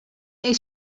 est